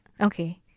Okay